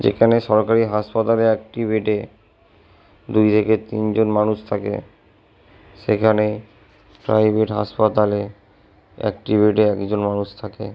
যেখানে সরকারি হাসপাতালে একটি বেডে দুই থেকে তিনজন মানুষ থাকে সেখানে প্রাইভেট হাসপাতালে একটি বেডে একজন মানুষ থাকে